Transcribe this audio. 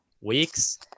weeks